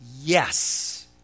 yes